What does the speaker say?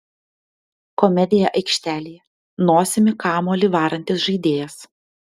komedija aikštelėje nosimi kamuolį varantis žaidėjas